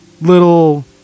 Little